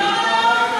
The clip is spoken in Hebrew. פתאום הלאום אכפת לכם,